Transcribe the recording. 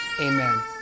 amen